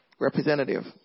representative